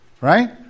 Right